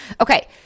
Okay